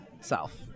self